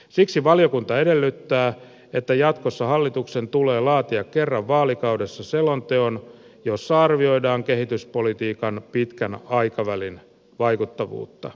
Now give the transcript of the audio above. siksi valiokunta edellyttää että jatkossa hallituksen tulee laatia kerran vaalikaudessa selonteko jossa arvioidaan kehityspolitiikan pitkän aikavälin vaikuttavuutta